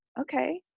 Okay